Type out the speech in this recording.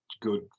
good